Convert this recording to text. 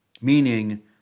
meaning